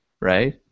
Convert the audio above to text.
right